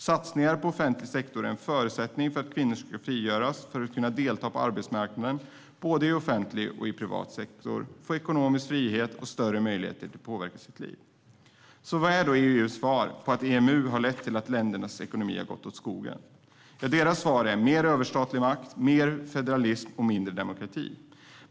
Satsningar på offentlig sektor är en förutsättning för att kvinnor ska kunna frigöras för att delta på arbetsmarknaden, både i offentlig och i privat sektor, och få ekonomisk frihet och större möjligheter att påverka sina liv. Vad är då EU:s svar på att EMU har lett till att ländernas ekonomi gått åt skogen? Jo, mer överstatlig makt, mer federalism och mindre demokrati.